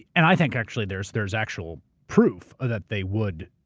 and i think actually, there's there's actual proof ah that they would.